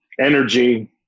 Energy